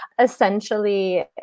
essentially